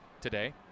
today